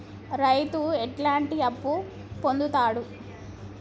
రైతు ఎట్లాంటి అప్పు పొందుతడు?